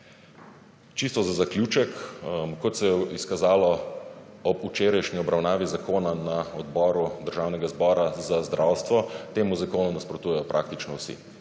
Čisto za zaključek, kot se je izkazalo ob včerajšnji obravnavi zakona na odboru Državnega zbora za zdravstvo temu zakonu nasprotujejo praktično vsi.